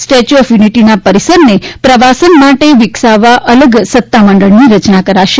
statue of યુનિટીના પરિસરને પ્રવાસન માટે વિકસાવવા અલગ સત્તા મંડળની રચના કરાશે